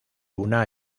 una